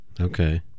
Okay